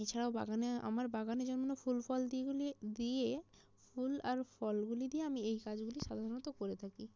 এছাড়াও বাগানে আমার বাগানে জন্মানো ফুল ফল দিই এগুলি দিয়ে ফুল আর ফলগুলি দিয়ে আমি এই কাজগুলি সাধারণত করে থাকি